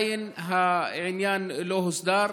העניין עדיין לא הוסדר.